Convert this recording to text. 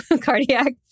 cardiac